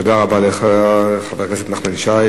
תודה רבה לך, חבר הכנסת נחמן שי.